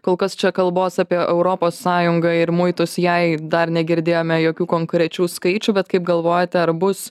kol kas čia kalbos apie europos sąjungą ir muitus jai dar negirdėjome jokių konkrečių skaičių bet kaip galvojate ar bus